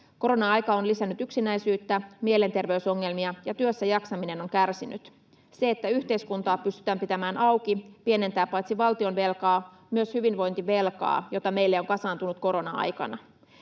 Korona-aika on lisännyt yksinäisyyttä, mielenterveysongelmia, ja työssäjaksaminen on kärsinyt. Se, että yhteiskuntaa pystytään pitämään auki, pienentää paitsi valtionvelkaa myös hyvinvointivelkaa, jota meille on kasaantunut korona-aikana.